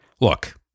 Look